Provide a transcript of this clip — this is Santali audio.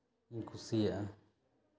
ᱤᱧ ᱠᱩᱥᱤᱭᱟᱜᱼᱟ